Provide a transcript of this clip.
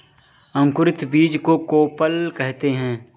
अंकुरित बीज को कोपल कहते हैं